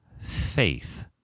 faith